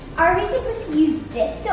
are we supposed to use this to